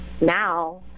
now